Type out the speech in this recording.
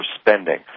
spending